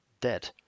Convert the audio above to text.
dead